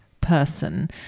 person